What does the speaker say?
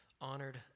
honored